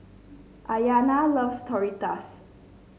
Iyana loves Tortillas